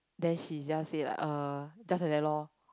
then she just say like uh just like that lor